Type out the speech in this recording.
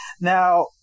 Now